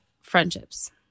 friendships